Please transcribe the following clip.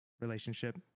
relationship